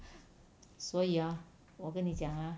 所以 ah 我跟你讲 ah